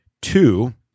two